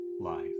life